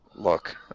Look